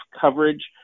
coverage